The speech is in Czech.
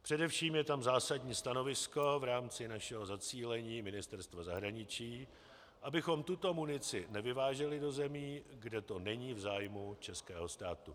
Především je tam zásadní stanovisko v rámci našeho zacílení Ministerstva zahraničí, abychom tuto munici nevyváželi do zemí, kde to není v zájmu českého státu.